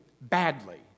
badly